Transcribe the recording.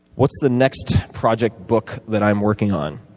what's the next project book that i'm working on?